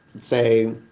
say